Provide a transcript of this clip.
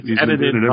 edited